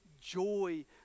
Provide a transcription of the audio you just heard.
joy